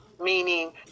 meaning